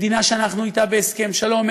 מדינה שאנחנו איתה בהסכם שלום,